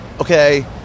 okay